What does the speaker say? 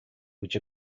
which